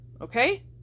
Okay